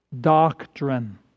doctrine